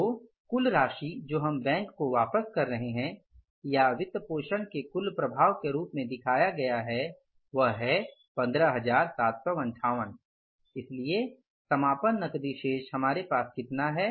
तो कुल राशि जो हम बैंक को वापस कर रहे हैं या वित्त पोषण के कुल प्रभाव के रूप में दिखाया है वह 15758 है इसलिए समापन नकदी शेष हमारे पास कितना है